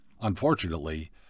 Unfortunately